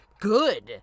good